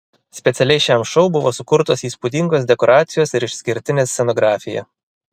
specialiai šiam šou buvo sukurtos įspūdingos dekoracijos ir išskirtinė scenografija